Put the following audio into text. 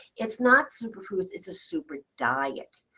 it's not superfoods it's a super diet.